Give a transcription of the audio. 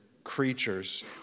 creatures